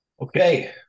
Okay